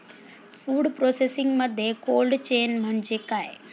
Food प्रोसेसिंगमध्ये cold chain म्हणजे काय?